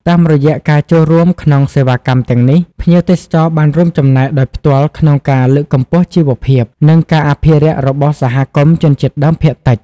តាមរយៈការចូលរួមក្នុងសេវាកម្មទាំងនេះ ភ្ញៀវទេសចរបានរួមចំណែកដោយផ្ទាល់ក្នុងការលើកកម្ពស់ ជីវភាព និងការអភិរក្សរបស់សហគមន៍ជនជាតិដើមភាគតិច។